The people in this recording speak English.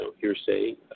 hearsay